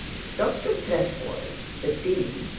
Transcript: dr trefoil, the dean,